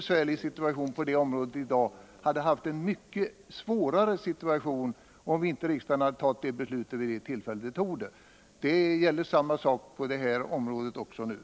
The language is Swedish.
Situationen på detta område hade i dag varit mycket svårare än den är om riksdagen inte hade fattat detta beslut vid den tidpunkt det skedde. Detsamma gäller det område som vi nu diskuterar.